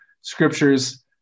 scriptures